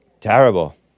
Terrible